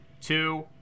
two